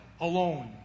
alone